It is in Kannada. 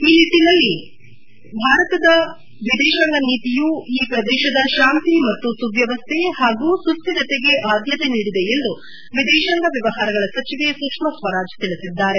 ಈ ನಿಟ್ಟನಲ್ಲಿ ಭಾರತದ ವಿದೇಶಾಂಗ ನೀತಿಯೂ ಈ ಪ್ರದೇಶದ ಶಾಂತಿ ಮತ್ತು ಸುವ್ಯವಸ್ಥೆ ಮತ್ತು ಸುಸ್ಥಿರತೆ ಆದ್ಯತೆ ನೀಡಿದೆ ಎಂದು ವಿದೇಶಾಂಗ ವ್ಯವಹಾರಗಳ ಸಚಿವೆ ಸುಷ್ಮಾ ಸ್ವರಾಜ್ ತಿಳಿಸಿದ್ದಾರೆ